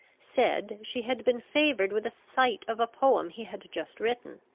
said, she had been favoured with a sight of a poem he had just written,